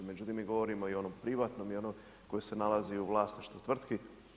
Međutim, mi govorimo i o onom privatnom i onom koje se nalazi u vlasništvu tvrtki.